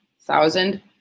thousand